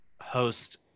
host